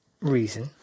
reason